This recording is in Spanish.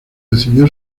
recibió